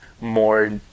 more